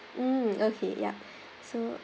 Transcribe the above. mm okay yup so